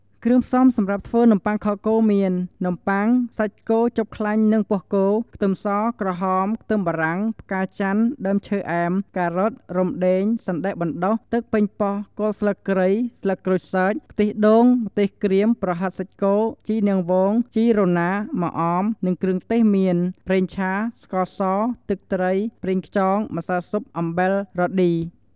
គ្រឿងផ្សំសម្រាប់ធ្វើនំបុ័ងខគោមាន នំប័ុង សាច់គោជាប់ខ្លាញ់និងពោះគោ ខ្ទឹមស ក្រហម ខ្ទឹមបារាំង ផ្កាចាន់ ដើមឈើអែម ការ៉ុត រំដេង សណ្ដែកបណ្ដុះ ទឹកប៉េងប៉ោះ គល់ស្លឹកគ្រៃ ស្លឹកក្រូចសើច ខ្ទិះដូង ម្ទេសក្រៀម ប្រហិតសាច់គោ ជីនាងវង ជីរណា ម្អម និងគ្រឿងទេសមាន ប្រេងឆា ស្ករស ទឹកត្រី ប្រងខ្យង ម្សៅស៊ុប អំបិល រ៉តឌី ។